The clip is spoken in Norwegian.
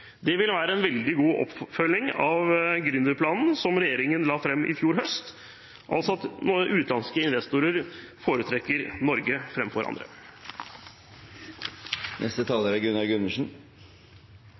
Det vil være en veldig god oppfølging av gründerplanen som regjeringen la fram i fjor høst, altså at utenlandske investorer foretrekker Norge framfor andre.